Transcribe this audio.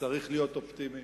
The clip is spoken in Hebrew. צריך להיות אופטימי,